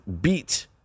beat